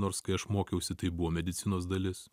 nors kai aš mokiausi tai buvo medicinos dalis